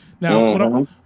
Now